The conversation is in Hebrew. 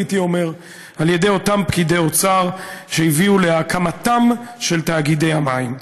על ידי אותם פקידי אוצר שהביאו להקמתם של תאגידי המים.